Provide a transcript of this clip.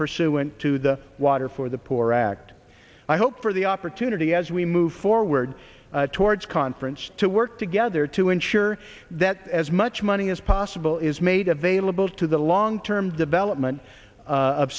pursuant to the water for the poor act i hope for the opportunity as we move forward towards conference to work together to ensure that as much money as possible is made available to the long term development of